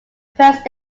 present